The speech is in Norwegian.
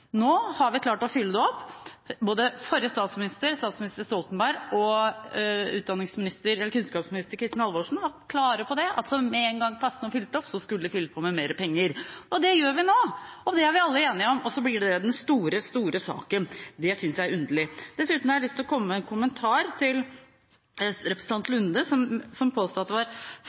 Nå har vi klart å fylle opp plassene. Både den forrige statsministeren, Stoltenberg, og daværende kunnskapsminister, Kristin Halvorsen, var klare på at med en gang plassene var fylt opp, skulle vi fylle på med mer penger. Det gjør vi nå. Og det er vi alle enige om. Så blir det den store, store saken! Det synes jeg er underlig. Dessuten har jeg lyst til å komme med en kommentar til representanten Nordby Lunde, som påsto at det som ble sagt, at vi hadde framgang i matematikk, var feil. Det var